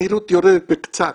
המהירות יורדת בקצת,